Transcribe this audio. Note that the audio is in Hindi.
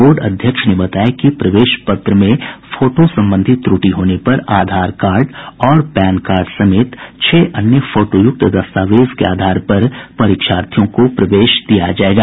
बोर्ड अध्यक्ष ने बताया कि प्रवेश पत्र में फोटो संबंधी त्रटि होने पर आधार कार्ड और पैन कार्ड समेत छह अन्य फोटोयुक्त दस्तावेज के आधार पर परीक्षार्थियों को प्रवेश दिया जायेगा